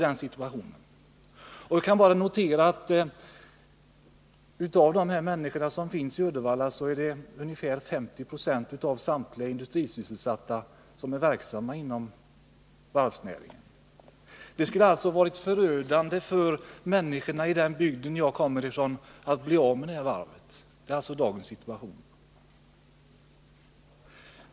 Man kan konstatera att av de industrisysselsatta i Uddevalla är ungefär 50 20 sysselsatta inom varvsnäringen. Det skulle alltså ha varit förödande för människorna i den bygd som jag kommer ifrån att bli av med varvet. Det är dagens situation.